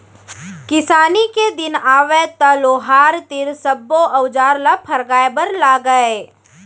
किसानी के दिन आवय त लोहार तीर सब्बो अउजार ल फरगाय बर लागय